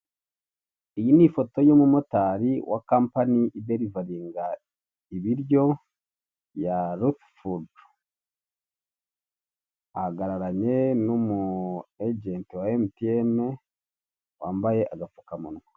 Iyi ni ifoto y'umumotari wa kampani idelivaringa ibiryo ya rushi fudu. Ahagararanye n'umu ejenti wa emutiyene wambaye agapfukamunwa.